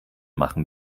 machen